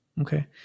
Okay